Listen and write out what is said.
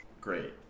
Great